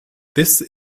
this